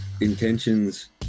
intentions